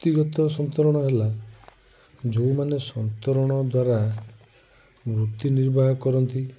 ବୃତ୍ତିଗତ ସନ୍ତରଣ ହେଲା ଯେଉଁମାନେ ସନ୍ତରଣ ଦ୍ଵାରା ବୃତ୍ତି ନିର୍ବାହ କରନ୍ତି